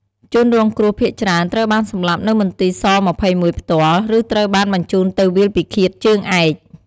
ជនរងគ្រោះភាគច្រើនត្រូវបានសម្លាប់នៅមន្ទីរ ស-២១ ផ្ទាល់ ឬត្រូវបានបញ្ជូនទៅវាលពិឃាតជើងឯក។